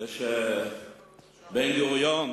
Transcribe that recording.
כשבן-גוריון